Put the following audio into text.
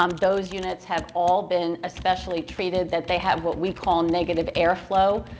um those units have all been especially treated that they have what we call negative airflow,